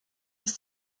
ist